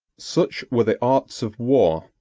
such were the arts of war,